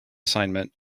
assignment